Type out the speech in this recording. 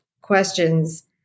questions